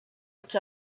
each